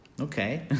okay